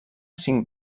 cinc